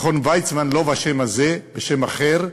מכון ויצמן, לא בשם הזה, בשם אחר,